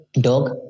dog